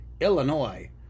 Illinois